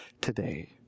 today